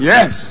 Yes